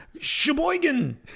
Sheboygan